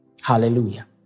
Hallelujah